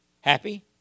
happy